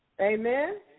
Amen